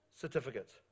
certificates